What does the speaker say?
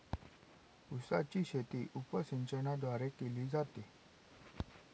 उसाची शेती उपसिंचनाद्वारे केली जाते